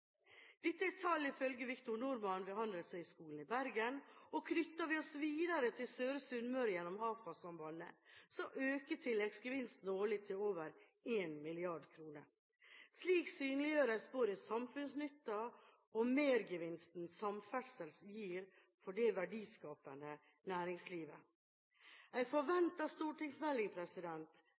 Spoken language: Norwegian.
Dette er tall ifølge Victor Normann ved Handelshøyskolen i Bergen. Knytter vi oss videre til Søre Sunnmøre gjennom Hafast-sambandet, øker tilleggsgevinsten årlig til over 1 mrd. kr. Slik synliggjøres både samfunnsnytten og mergevinsten samferdsel gir for det verdiskapende næringslivet. En forventet stortingsmelding